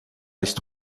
este